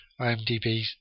IMDB